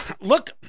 look